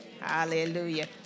Hallelujah